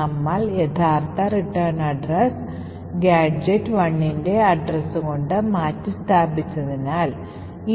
നമ്മൾ യഥാർത്ഥ റിട്ടേൺ വിലാസം ഗാഡ്ജെറ്റ് 1ൻറെ അഡ്രസ്സ് കൊണ്ട് മാറ്റിസ്ഥാപിച്ചതിനാൽ